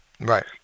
Right